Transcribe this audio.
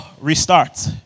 restart